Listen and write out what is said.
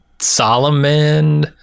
Solomon